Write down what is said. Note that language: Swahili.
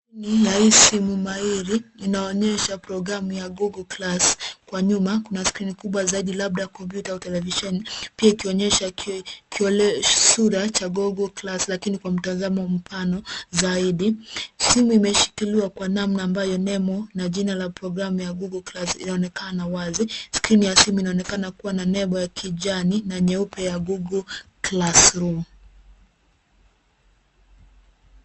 Ni simu mahiri inaonyesha programu ya google class . Kwa nyuma kuna skrini kubwa zaidi labda kompyuta au televisheni pia ikionyesha kiolesura cha google class lakini kwa mtazamo mpana zaidi. Simu imeshikiiwa kwa njia ambayo nembo na jina la programu ya google class inaonekana wazi. Simu inaonekana kuwa na nembo ya ijani na nyeupe ya google classroom .